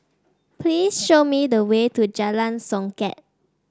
please show me the way to Jalan Songket